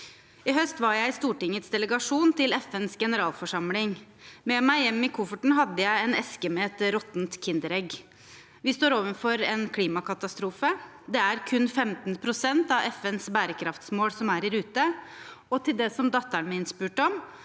I høst var jeg i Stortingets delegasjon til FNs generalforsamling. Med meg hjem i kofferten hadde jeg en eske med et råttent kinderegg. Vi står overfor en klimakatastrofe. Det er kun 15 pst. av FNs bærekraftsmål som er i rute. Og til det som datteren min spurte om: